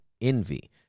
envy